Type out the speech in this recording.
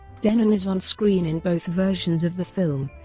dennen is on-screen in both versions of the film,